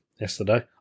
yesterday